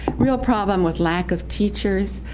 real problem with lack of teachers,